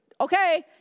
okay